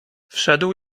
wszedł